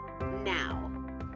now